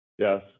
Yes